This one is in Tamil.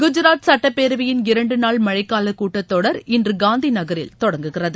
குஜராத் சட்டப்பேரவையின் இரண்டுநாள் மழைக்கால கூட்டத்தொடர் இன்று காந்தி நகரில் தொடங்குகிறது